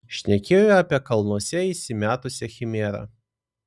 šnekėjo apie kalnuose įsimetusią chimerą